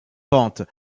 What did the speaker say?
pente